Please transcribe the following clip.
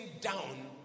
down